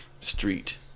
street